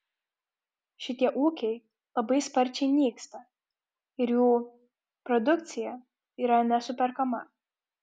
šitie ūkiai labai sparčiai nyksta ir jų produkcija yra nesuperkama